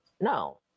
No